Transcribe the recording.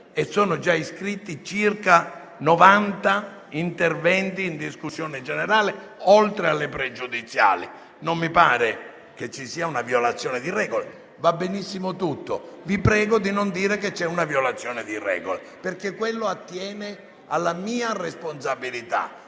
circa 90 iscritti a parlare in discussione generale, oltre alle pregiudiziali. Non mi pare che ci sia una violazione di regole. Va benissimo tutto, ma vi prego di non dire che c'è una violazione di regole, perché attiene alla mia responsabilità